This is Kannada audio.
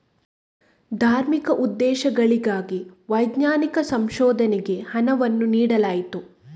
ಧಾರ್ಮಿಕ ಉದ್ದೇಶಗಳಿಗಾಗಿ ವೈಜ್ಞಾನಿಕ ಸಂಶೋಧನೆಗೆ ಹಣವನ್ನು ನೀಡಲಾಯಿತು